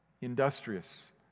industrious